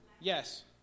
Yes